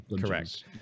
Correct